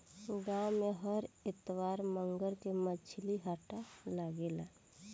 गाँव में हर इतवार मंगर के मछली हट्टा लागेला